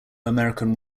american